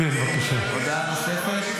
--- אדוני יושב-ראש הקואליציה,